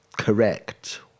correct